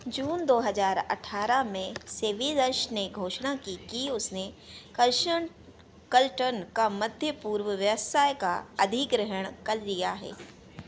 जून दो हज़ार अठारह में सेविल्स ने घोषणा की कि उसने कलशन कल्टन का मध्य पूर्व व्यवसाय का अधिग्रहण कर लिया है